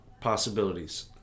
possibilities